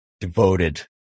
devoted